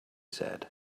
said